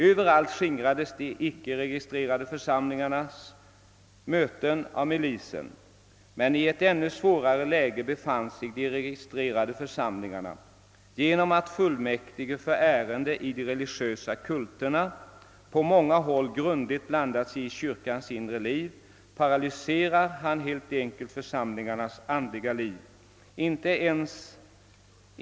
Överallt skingrades de icke-registrerade församlingarnas möten av milisen. Men i ett ännu svårare läge befann sig de registrerade församlingarna. Genom att fullmäktige för ärenden i de religiösa kulterna på många håll grundligt blandat sig i kyrkans inre liv, paralyserar han helt enkelt församlingarnas andliga liv.